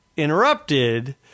interrupted